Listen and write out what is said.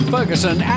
Ferguson